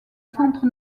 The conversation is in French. centre